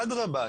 אדרבא,